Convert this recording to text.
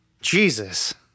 Jesus